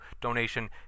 donation